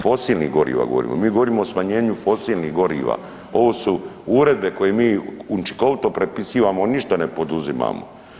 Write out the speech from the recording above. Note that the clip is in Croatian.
Fosilnih goriva, govorimo, mi govorimo o smanjenju fosilnih goriva, ovo su uredbe koje mi učinkovito prepisivamo, a ništa ne poduzimamo.